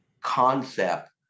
concept